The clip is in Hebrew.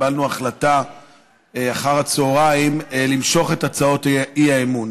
קיבלנו החלטה אחר הצוהריים למשוך את הצעות האי-אמון